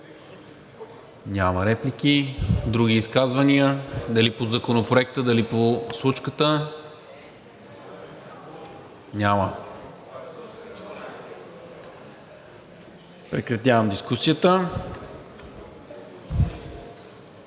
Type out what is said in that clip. Няма реплики. Други изказвания, дали по Законопроекта, дали по случката? Няма. Прекратявам дискусията.